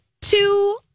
two